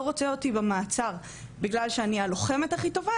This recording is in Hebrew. רוצה אותי במעצר בגלל שאני הלוחמת הכי טובה,